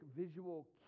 visual